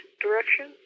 direction